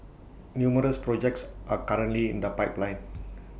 numerous projects are currently in the pipeline